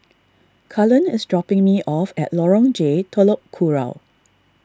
Cullen is dropping me off at Lorong J Telok Kurau